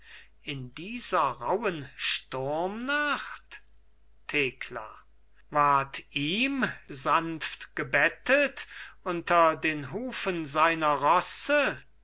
in dieser rauhen sturmnacht thekla ward ihm sanft gebettet unter den hufen seiner rosse